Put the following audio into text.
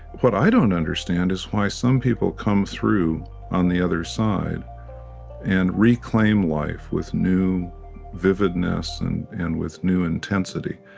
what i don't understand is why some people come through on the other side and reclaim life with new vividness and and with new intensity.